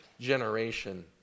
generation